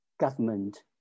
government